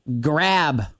Grab